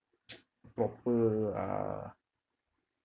proper uh